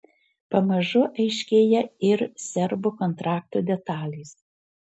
pamažu aiškėja ir serbo kontrakto detalės